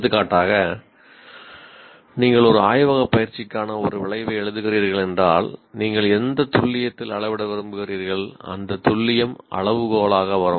எடுத்துக்காட்டாக நீங்கள் ஒரு ஆய்வகப் பயிற்சிக்கான ஒரு விளைவை எழுதுகிறீர்கள் என்றால் நீங்கள் எந்த துல்லியத்தில் அளவிட விரும்புகிறீர்கள் அந்த துல்லியம் அளவுகோலாக வரும்